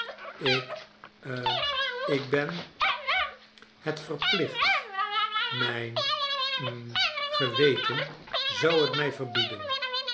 ik ha ik ben het verplicht mijn hm geweten zou het mij verbieden